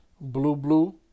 blue-blue